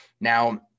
Now